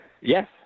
Yes